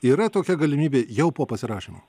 yra tokia galimybė jau po pasirašymo